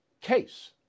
case